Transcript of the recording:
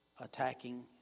attacking